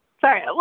sorry